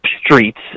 streets